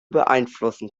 beeinflussen